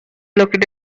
located